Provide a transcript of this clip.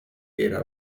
era